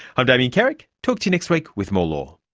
i'm damien carrick, talk to you next week with more law